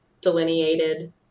delineated